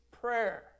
prayer